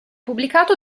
pubblicato